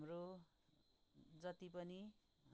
हाम्रो जति पनि